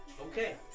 Okay